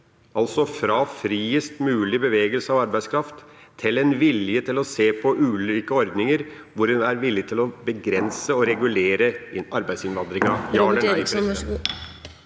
altså fra friest mulig bevegelse av arbeidskraft til vilje til å se på ulike ordninger, hvor en er villig til å begrense og regulere arbeidsinnvandringa?